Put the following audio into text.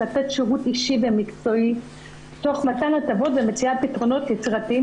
לתת שירות אישי ומקצועי תוך מתן הטבות ומציאת פתרונות יצירתיים